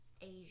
Asia